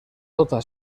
tota